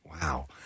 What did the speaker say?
Wow